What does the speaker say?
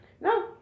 No